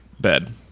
bed